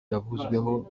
yavuzweho